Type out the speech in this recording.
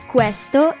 Questo